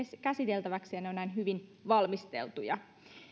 käsiteltäväksi ja ne ovat näin hyvin valmisteltuja